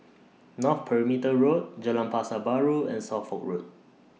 North Perimeter Road Jalan Pasar Baru and Suffolk Road